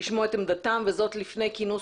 לשמוע את עמדתם וזאת לפני כינוס